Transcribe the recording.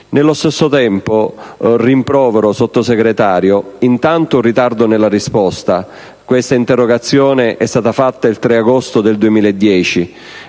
Nello stesso tempo, signora Sottosegretario, rimprovero un ritardo nella risposta. Questa interrogazione è stata fatta il 3 agosto del 2010,